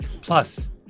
Plus